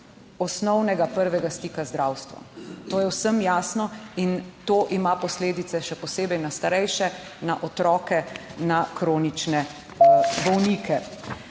osnovnega prvega stika z zdravstvom, to je vsem jasno in to ima posledice še posebej na starejše, na otroke, na kronične bolnike.